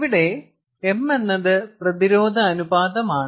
ഇവിടെ m എന്നത് പ്രതിരോധ അനുപാതമാണ്